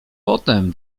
potem